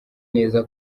neza